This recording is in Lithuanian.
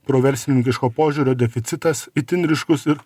proverslininkiško požiūrio deficitas itin ryškus ir